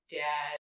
dad